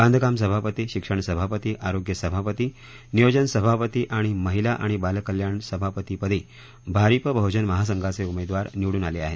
बांधकाम सभापती शिक्षण सभापती आरोग्य सभापती नियोजन सभापती आणि महिला आणि बालकल्याण सभापतीपदी भारिप बहुजन महासंघाचे उमेदवार निवडून आले आहेत